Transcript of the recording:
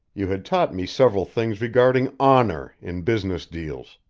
you had taught me several things regarding honor in business deals.